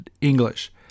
English